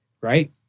right